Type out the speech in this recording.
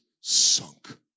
sunk